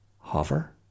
hover